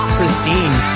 Christine